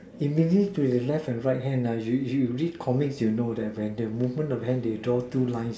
immediately to his left and right hand you you read comic you know when they open the hands they draw two lines